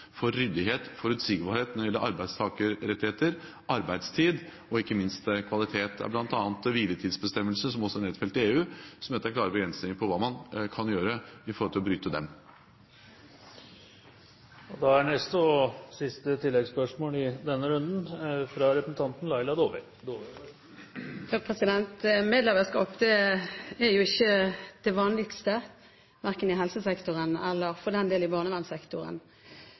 for ryddighet og forutsigbarhet når det gjelder arbeidstakerrettigheter, arbeidstid og ikke minst kvalitet. Det er bl.a. hviletidsbestemmelser, som også er nedfelt i EU, som setter klare begrensninger for hva man kan gjøre i forhold til å bryte dem. Laila Dåvøy – til oppfølgingsspørsmål. Medleverskap er jo ikke det vanligste, verken i helsesektoren eller, for den del, i